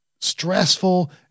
stressful